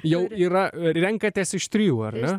jau yra renkatės iš trijų ar ne